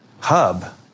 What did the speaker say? hub